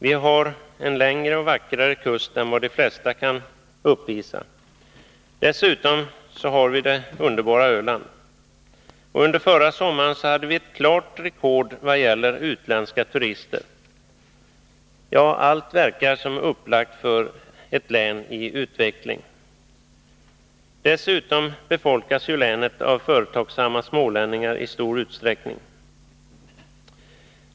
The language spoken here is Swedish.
Vi har en längre och vackrare kust där än vad de flesta län kan uppvisa. Dessutom har vi det underbara Öland. Under förra sommaren hade vi ett klart rekord vad gäller utländska turister. Ja, allt verkar som upplagt för ett län i utveckling. Dessutom befolkas länet i stor utsträckning av företagsamma smålänningar.